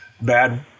bad